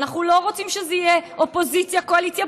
אנחנו לא רוצים שזה יהיה אופוזיציה קואליציה,